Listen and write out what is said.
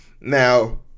Now